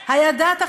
הידעת,